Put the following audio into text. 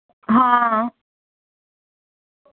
हां